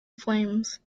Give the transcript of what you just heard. flames